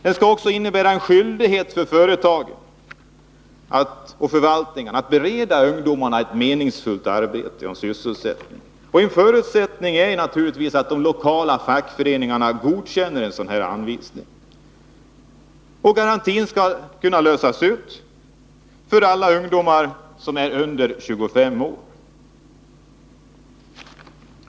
Den skall också innebära en skyldighet för företagen och förvaltningarna att bereda ungdomarna en meningsfull sysselsättning. En förutsättning är naturligtvis att de lokala fackföreningarna godkänner en sådan här anvisning. Garantin skall kunna lösas ut för alla ungdomar som är under 25 år.